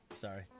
Sorry